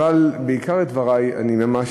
אבל עיקר דברי זה שאני ממש